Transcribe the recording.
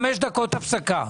הישיבה נעולה.